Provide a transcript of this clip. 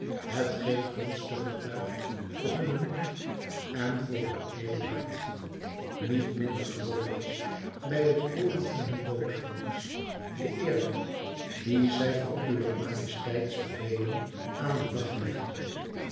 hetgeen gunstig getuigt voor hunnen moed en voor hun edel hart niet minder groot was bij het hooren van hun doodvonnis de eerbied dien zij voor uwer majesteits bevelen aan den dag legden